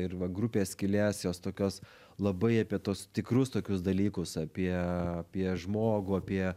ir va grupės skylės jos tokios labai apie tuos tikrus tokius dalykus apie apie žmogų apie